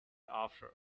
after